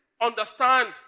understand